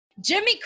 Jimmy